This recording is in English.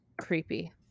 creepy